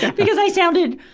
yeah because i sounded,